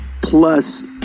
Plus